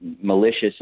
malicious